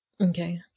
Okay